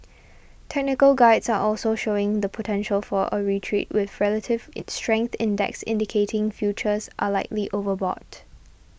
technical guides are also showing the potential for a retreat with relative its strength index indicating futures are likely overbought